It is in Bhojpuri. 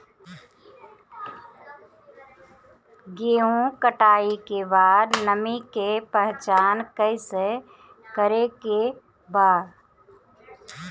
गेहूं कटाई के बाद नमी के पहचान कैसे करेके बा?